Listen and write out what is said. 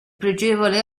pregevole